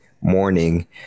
morning